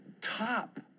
top